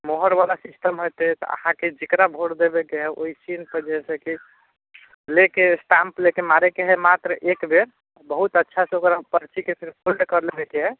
मोहरवला system हेतै अहाँके जकरा वोट देबैके हइ ओहि चिह्नपर जइसे कि लऽ कऽ स्टाम्प लैके मारैके हइ मात्र एक बेर बहुत अच्छासँ ओकरा पर्चीके सिर्फ फोल्ड करि लेबैके हइ